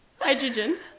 hydrogen